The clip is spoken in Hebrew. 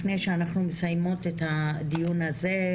לפני שאנחנו מסיימות את הדיון הזה...